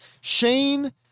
Shane